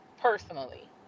personally